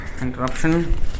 interruption